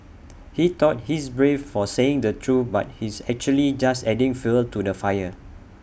he thought he's brave for saying the truth but he's actually just adding fuel to the fire